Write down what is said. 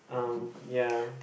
um ya